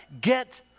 get